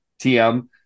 TM